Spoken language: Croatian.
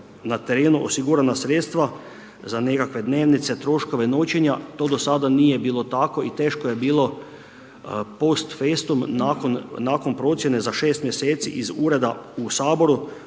na terenu osigurana sredstva za nekakve dnevnice, troškove, noćenja, to do sada nije bilo tako i teško je bilo post festum nakon procjene za 6 mj. iz ureda u Saboru